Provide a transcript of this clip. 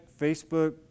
Facebook